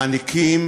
מעניקים